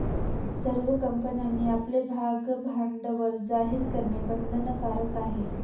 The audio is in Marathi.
सर्व कंपन्यांनी आपले भागभांडवल जाहीर करणे बंधनकारक आहे